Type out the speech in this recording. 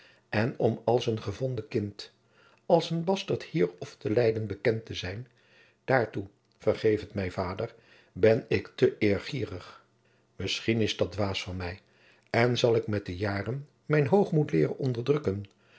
en om als een gevonden kind als een bastert hier of te leyden bekend te zijn daartoe vergeef het mij vader ben ik te eergierig misschien is dat dwaas van mij en zal ik met de jaren jacob van lennep de pleegzoon mijn hoogmoed leeren onderdrukken